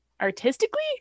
artistically